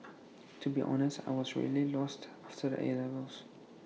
to be honest I was really lost after the 'A' levels